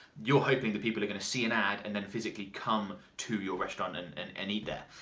you're hoping that people are going to see an ad and then physically come to your restaurant and and and eat there.